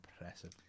impressive